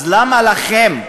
אז למה לכם?